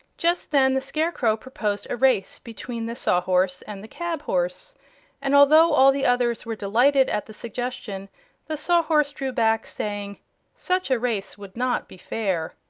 just then the scarecrow proposed a race between the sawhorse and the cab-horse and although all the others were delighted at the suggestion the sawhorse drew back, saying such a race would not be fair.